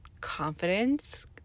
confidence